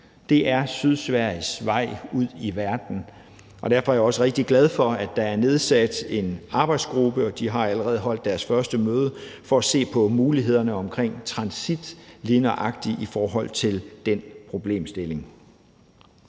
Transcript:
Den er Sydsveriges vej ud i verden, og derfor er jeg også rigtig glad for, at der er nedsat en arbejdsgruppe – de har allerede holdt deres første møde – for at se på mulighederne omkring transit lige nøjagtig i forhold til den problemstilling.